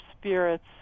spirits